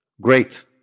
Great